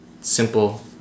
Simple